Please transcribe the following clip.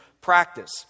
practice